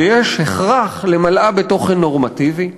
ויש הכרח למלאה בתוכן נורמטיבי"?